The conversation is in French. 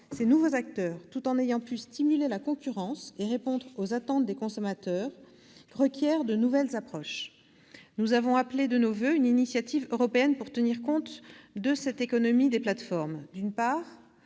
Ces nouveaux acteurs, tout en ayant pu stimuler la concurrence et répondre aux attentes des consommateurs, requièrent de nouvelles approches. Nous avons appelé de nos voeux une initiative européenne pour tenir compte de cette économie des plateformes. D'une part,